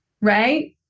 right